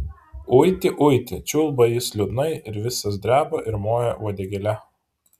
uiti uiti čiulba jis liūdnai ir visas dreba ir moja uodegėle